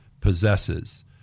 possesses